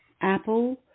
Apple